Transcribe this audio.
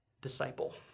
disciple